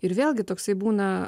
ir vėlgi toksai būna